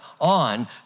on